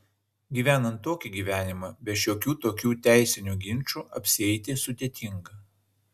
gyvenant tokį gyvenimą be šiokių tokių teisinių ginčų apsieiti sudėtinga